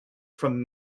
from